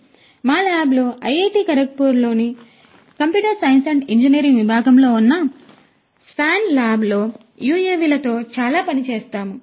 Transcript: కాబట్టి మా ల్యాబ్లో ఐఐటి ఖరగ్పూర్లోని కంప్యూటర్ సైన్స్ అండ్ ఇంజనీరింగ్ విభాగంలో ఉన్న స్వాన్ ల్యాబ్లో మేము యుఎవిలతో చాలా పని చేస్తాము